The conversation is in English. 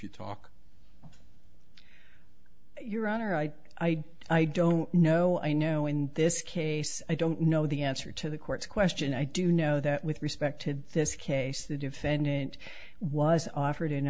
you talk your honor i i don't know i know in this case i don't know the answer to the court's question i do know that with respected this case the defendant was offered